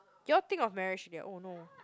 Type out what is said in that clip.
you all think of marriage their oh no